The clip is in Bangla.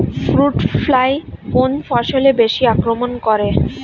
ফ্রুট ফ্লাই কোন ফসলে বেশি আক্রমন করে?